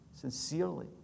sincerely